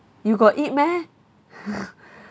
you got eat meh